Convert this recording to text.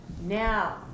Now